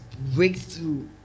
breakthrough